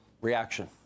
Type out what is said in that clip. reaction